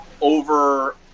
over